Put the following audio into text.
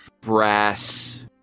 brass